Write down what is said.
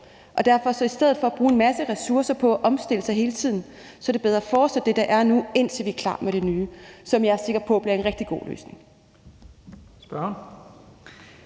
af et år. I stedet for at bruge en masse ressourcer på at omstille sig hele tiden er det bedre at fortsætte med det, der er nu, indtil vi er klar med det nye, som jeg er sikker på bliver en rigtig god løsning.